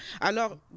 Alors